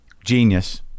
Genius